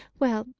well,